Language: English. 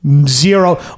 zero